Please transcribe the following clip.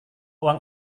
uang